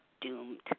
doomed